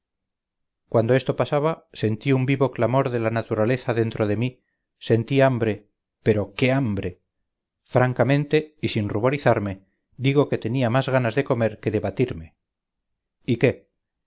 cuando esto pasaba sentí un vivo clamor de la naturaleza dentro de mí sentí hambre pero qué hambre francamente y sin ruborizarme digo que tenía más ganas de comer que de batirme y qué